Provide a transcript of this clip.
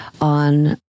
on